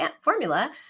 formula